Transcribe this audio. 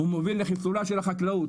הוא מוביל לחיסולה של החקלאות,